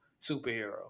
superhero